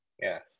Yes